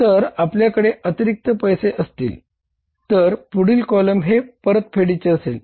जर आपल्याकडे अतिरिक्त पैसे असतील तर पुढील कॉलम हे परत फेडीचे असेल